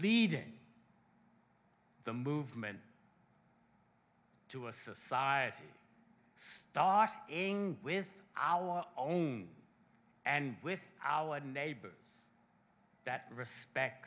leading the movement to a society start eating with our own and with our neighbor that respects